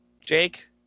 Jake